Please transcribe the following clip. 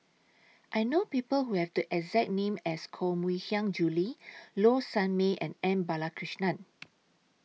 I know People Who Have The exact name as Koh Mui Hiang Julie Low Sanmay and M Balakrishnan